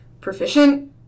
proficient